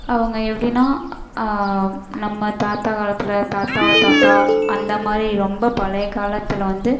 அவங்க எப்படினா நம்ம தாத்தா காலத்தில் தாத்தாவோட தாத்தா அந்த மாதிரி ரொம்ப பழைய காலத்தில் வந்து